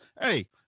hey